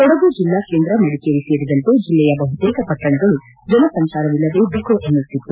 ಕೊಡಗು ಜಿಲ್ಲಾ ಕೇಂದ್ರ ಮಡಿಕೇರಿ ಸೇರಿದಂತೆ ಜಿಲ್ಲೆಯ ಬಹುತೇಕ ಪಟ್ಟಣಗಳು ಜನಸಂಚಾರವಿಲ್ಲದೇ ಬಿಕೋ ಎನ್ನುತ್ತಿತ್ತು